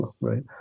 right